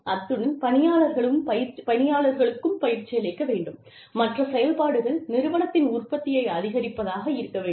அத்துடன் பணியாளர்களுக்கும் பயிற்சியளிக்க வேண்டும் மற்ற செயல்பாடுகள் நிறுவனத்தின் உற்பத்தியை அதிகரிப்பதாக இருக்க வேண்டும்